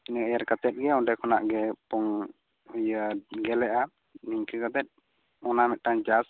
ᱤᱱᱟᱹ ᱮᱨ ᱠᱟᱛᱮᱫ ᱜᱮ ᱚᱸᱰᱮ ᱠᱷᱚᱱᱟᱜ ᱜᱮ ᱯᱚᱝ ᱤᱭᱟᱹ ᱜᱮᱞᱮᱜᱼᱟ ᱤᱱᱠᱟᱹ ᱠᱟᱛᱮ ᱚᱱᱟ ᱢᱤᱫ ᱴᱟᱝ ᱪᱟᱥ